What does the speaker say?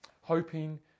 hoping